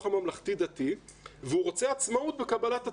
הממלכתי-דתי והוא רוצה עצמאות בקבלת התלמידים.